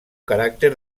caràcter